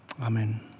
Amen